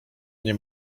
nie